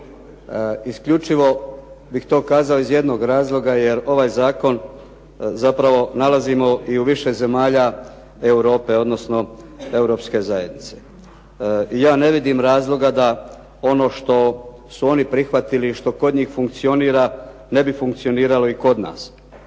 Isključivo bih to kazao iz jednog razloga, jer ovaj zakon zapravo nalazimo i u više zemalja Europe, odnosno europske zajednice. Ja ne vidim razloga što su oni prihvatili što kod njih funkcioniralo, ne bi funkcioniralo i kod nas.